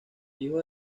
hijo